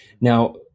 Now